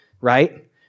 right